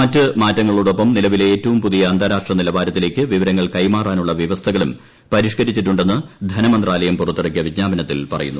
മറ്റ് മാറ്റങ്ങളോടൊപ്പം നിലവിലെ ഏറ്റവും പുതിയ അന്താരാഷ്ട്ര നിലവാരത്തിലേക്ക് വിവരങ്ങൾ കൈമാറാനുള്ള വൃവസ്ഥകളും പരിഷ്കരിച്ചിട്ടുണ്ടെന്ന് ധനമന്ത്രാലയം പുറത്തിറക്കിയ വിജ്ഞാപനത്തിൽ പറയുന്നു